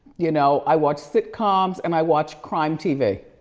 you know i watch sitcoms and i watch crime tv.